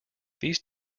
these